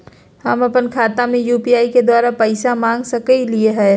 हम अपन खाता में यू.पी.आई के द्वारा पैसा मांग सकई हई?